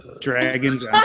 Dragons